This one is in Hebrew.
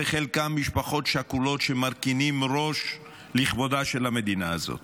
וחלקן משפחות שכולות שמרכינות ראש לכבודה של המדינה הזאת.